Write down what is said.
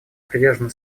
привержена